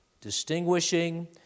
distinguishing